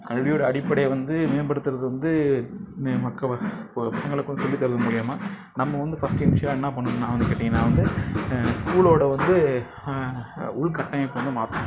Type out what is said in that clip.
கல்வியோட அடிப்படையை வந்து மேம்படுத்துறது வந்து பசங்களுக்கும் சொல்லி தரது மூலயமா நம்ம வந்து ஃபர்ஸ்ட் இன்ஸ்யிலாக என்ன பண்ணனும்னா கேட்டீங்கன்னா வந்து ஸ்கூலோட வந்து உள்கட்டமைப்பை வந்து மாற்றணும்